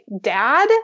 dad